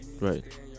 Right